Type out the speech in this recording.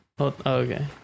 Okay